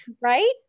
Right